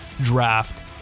draft